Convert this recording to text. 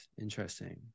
Interesting